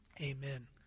Amen